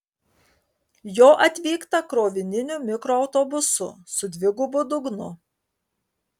jo atvykta krovininiu mikroautobusu su dvigubu dugnu